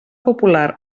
popular